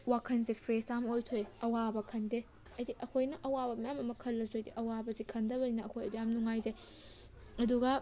ꯋꯥꯈꯟꯁꯤ ꯐꯔꯦꯁ ꯌꯥꯝ ꯑꯣꯏꯊꯣꯛꯏ ꯑꯋꯥꯕ ꯈꯟꯗꯦ ꯍꯥꯏꯕꯗꯤ ꯑꯩꯈꯣꯏꯅ ꯑꯋꯥꯕ ꯃꯌꯥꯝ ꯑꯃ ꯈꯜꯂꯁꯨ ꯍꯥꯏꯗꯤ ꯑꯋꯥꯕꯁꯤ ꯈꯟꯗꯕꯅꯤꯅ ꯑꯩꯈꯣꯏꯗ ꯌꯥꯝ ꯅꯨꯡꯉꯥꯏꯖꯩ ꯑꯗꯨꯒ